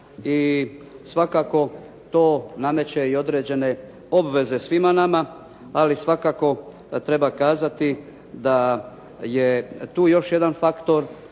i svakako to nameće i određene obveze svima nama, ali svakako treba kazati da je tu još jedan faktor